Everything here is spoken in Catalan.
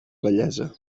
vellesa